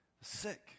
sick